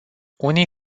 unii